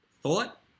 thought